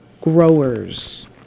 growers